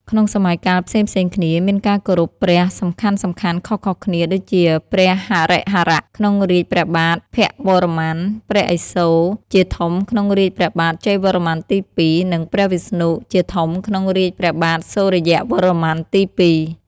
ក្នុងសម័យកាលផ្សេងៗគ្នា មានការគោរពព្រះសំខាន់ៗខុសៗគ្នា ដូចជា ព្រះហរិហរៈ ក្នុងរាជ្យព្រះបាទភវរ្ម័ន, ព្រះឥសូរ ជាធំក្នុងរាជ្យព្រះបាទជ័យវរ្ម័នទី២ និង ព្រះវិស្ណុ ជាធំក្នុងរាជ្យព្រះបាទសូរ្យវរ្ម័នទី២។